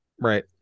right